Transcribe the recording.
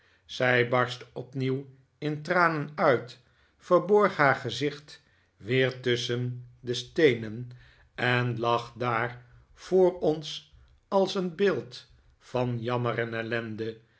zij barstte opnieuw in tranen uit verborg haar gezicht weer tusschen de steenen en lag daar voor ons als een beeld van jammer en ellende